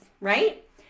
right